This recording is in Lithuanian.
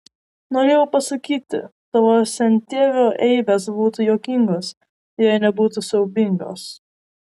norėjau pasakyti tavo sentėvio eibės būtų juokingos jei nebūtų siaubingos